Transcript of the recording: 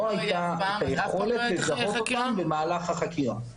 לא הייתה את היכולת לזהות אותם במהלך החקירה.